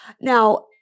Now